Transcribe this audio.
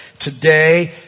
today